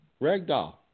ragdoll